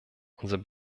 unser